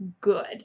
good